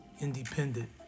independent